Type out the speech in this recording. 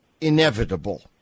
inevitable